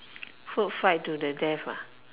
food fight to the death ah